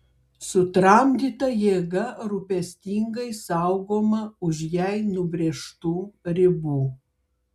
sutramdyta jėga rūpestingai saugoma už jai nubrėžtų ribų